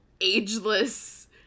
ageless